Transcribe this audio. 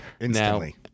Instantly